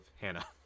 Hannah